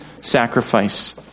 sacrifice